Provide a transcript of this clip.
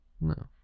No